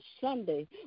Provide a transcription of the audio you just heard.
Sunday